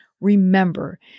remember